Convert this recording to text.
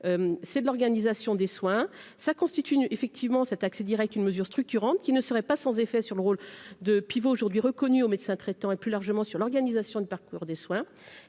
c'est de l'organisation des soins ça constitue effectivement cet accès Direct, une mesure structurante qui ne serait pas sans effet sur le rôle de pivot aujourd'hui reconnus au médecin traitant, et plus largement sur l'organisation du parcours des soins